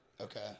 Okay